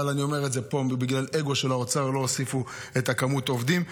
אבל אני אומר את זה פה: בגלל אגו של האוצר לא הוסיפו את כמות העובדים.